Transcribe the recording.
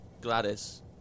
Gladys